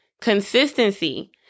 Consistency